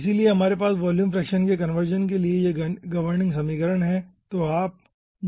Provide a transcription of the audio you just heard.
इसलिए हमारे पास वॉल्यूम फ्रैक्शन के कंजर्वेशन के लिए यह गवर्निंग समीकरण है